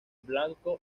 blanco